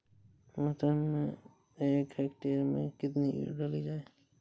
मटर के एक हेक्टेयर में कितनी यूरिया डाली जाए?